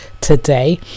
today